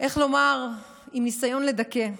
איך לומר, עם ניסיון לדכא.